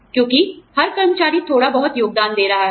क्योंकि हर कर्मचारी थोड़ा बहुत योगदान दे रहा है